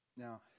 Now